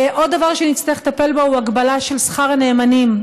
עוד דבר שנצטרך לטפל בו הוא הגבלה של שכר נאמנים.